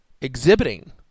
exhibiting